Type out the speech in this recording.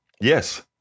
Yes